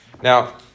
Now